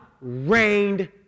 rained